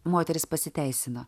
moteris pasiteisino